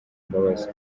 imbabazi